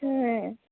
হ্যাঁ